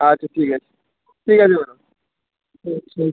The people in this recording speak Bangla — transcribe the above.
আচ্ছা ঠিক আছে ঠিক আছে ম্যাডাম